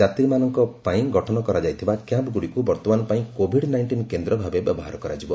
ଯାତ୍ରୀମାନଙ୍କ ପାଇଁ ଗଠନ କରାଯାଇଥିବା କ୍ୟାମ୍ପଗୁଡ଼ିକୁ ବର୍ତ୍ତମାନ ପାଇଁ କୋଭିଡ୍ ନାଇଷ୍ଟିନ୍ କେନ୍ଦ୍ର ଭାବେ ବ୍ୟବହାର କରାଯିବ